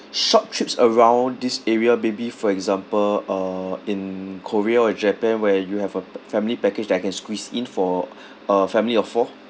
short trips around this area maybe for example uh in korea or japan where you have a p~ family package that I can squeeze in for a family of four